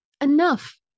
Enough